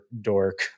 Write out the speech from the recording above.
dork